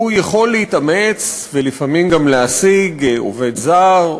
הוא יכול להתאמץ, ולפעמים גם להשיג, עובד זר.